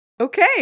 Okay